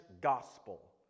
gospel